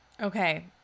Okay